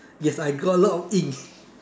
yes I got a lot of inks